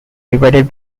divided